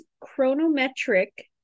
chronometric